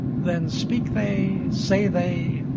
then speak they, say they,